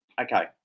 okay